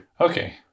Okay